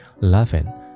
laughing